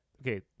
okay